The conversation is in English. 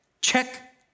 check